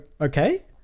okay